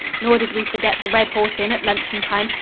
nor did we forget the red horse inn at luncheon time,